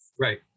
Right